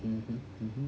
mmhmm mmhmm